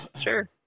sure